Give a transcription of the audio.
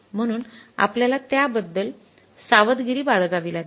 म्हणून आपल्याला त्याबद्दल सावधगिरी बाळगावी लागेल